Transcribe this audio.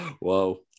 Whoa